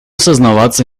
сознаваться